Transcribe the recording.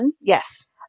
Yes